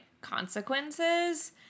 consequences